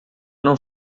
não